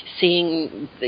seeing